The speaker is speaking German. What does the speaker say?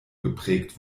geprägt